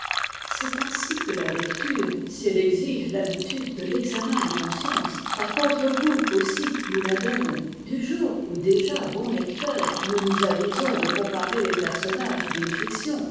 c'est ainsi que la lecture si elle exige l'habitude de l'examen de conscience par contre-coup aussi nous la donne du jour où déjà bon lecteur nous nous avisons de comparer les personnages d'une fiction